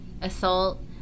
assault